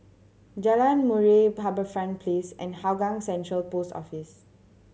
Jalan Murai HarbourFront Place and Hougang Central Post Office